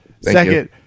Second